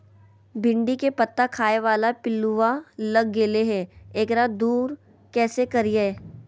भिंडी के पत्ता खाए बाला पिलुवा लग गेलै हैं, एकरा दूर कैसे करियय?